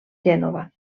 gènova